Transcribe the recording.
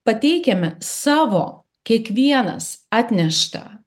pateikiame savo kiekvienas atneštą